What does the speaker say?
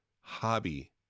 hobby